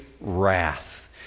wrath